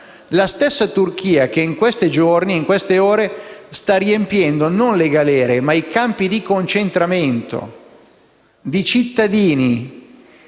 stessa Turchia che, in questi giorni e in queste ore, sta riempiendo non le galere, ma i campi di concentramento di cittadini